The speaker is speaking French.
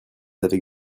avec